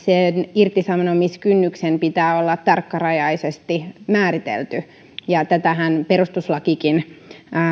irtisanomiskynnyksen pitää olla tarkkarajaisesti määritelty ja tätähän perustuslakikin